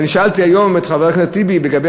אני שאלתי היום את חבר הכנסת טיבי לגבי